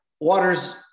waters